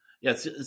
Yes